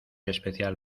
especial